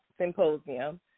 symposium